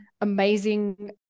amazing